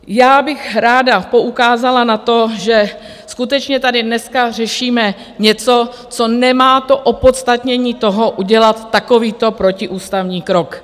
Já bych ráda poukázala na to, že skutečně tady dneska řešíme něco, co nemá opodstatnění toho udělat takovýto protiústavní krok.